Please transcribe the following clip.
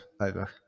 over